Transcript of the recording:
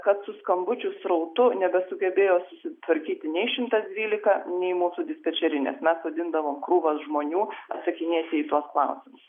kad su skambučių srautu nebesugebėjo susitvarkyti nei šimtas dvylika nei mūsų dispečerinės mes sodindavom krūvas žmonių atsakinėti į tuos klausimus